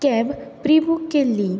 cab प्रिबूक केल्ली